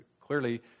clearly